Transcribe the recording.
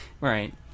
Right